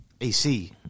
AC